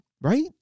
right